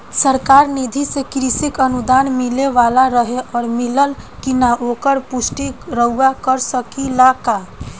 सरकार निधि से कृषक अनुदान मिले वाला रहे और मिलल कि ना ओकर पुष्टि रउवा कर सकी ला का?